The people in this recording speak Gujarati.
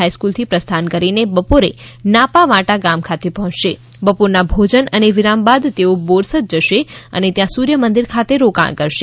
ફાઇસ્કુલથી પ્રસ્થાન કરીને બપોરે નાપા વાંટા ગામ ખાતે પહોચશે બપોરના ભોજન અને વિરામ બાદ તેઓ બોરસદ જશે અને ત્યાં સૂર્યમંદિર ખાતે રોકાણ કરશે